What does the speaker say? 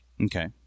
Okay